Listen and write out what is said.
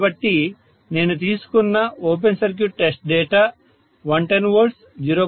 కాబట్టి నేను తీసుకున్న open circuit test data 110 V 0